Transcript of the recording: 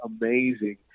amazing